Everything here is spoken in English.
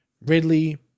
Ridley